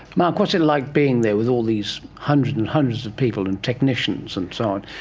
mark, what's it like being there with all these hundreds and hundreds of people and technicians and so on?